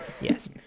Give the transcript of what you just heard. yes